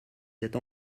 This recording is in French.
êtes